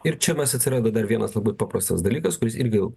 ir čia mes atsiranda dar vienas labai paprastas dalykas kuris irgi